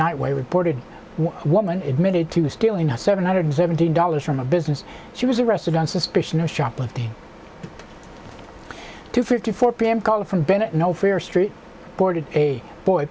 night way reported one admitted to stealing a seven hundred seventy dollars from a business she was arrested on suspicion of shoplifting two fifty four p m call from bennett no fear street boarded a boy